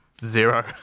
zero